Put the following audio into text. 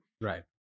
Right